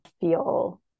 feel